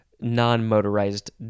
non-motorized